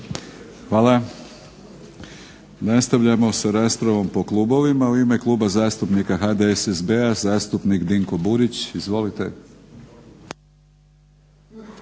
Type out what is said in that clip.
Hvala. Nastavljamo sa raspravom po klubovima. U ime Kluba zastupnika HDSSB-a, zastupnik Dinko Burić. Izvolite.